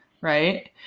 right